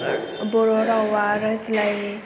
बर' रावा रायज्लाय